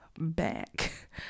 back